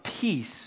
peace